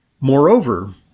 Moreover